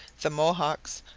the mohawks,